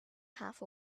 half